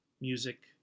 music